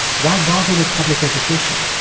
why bother with public education?